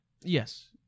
Yes